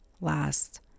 last